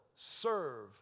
serve